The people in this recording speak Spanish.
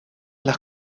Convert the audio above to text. las